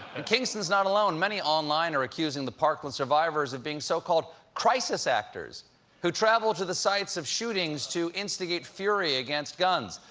and kingston's not alone. many online are accusing the parkland survivors of being so-called crisis actors who travel to the sites of shootings to instigate fury against guns.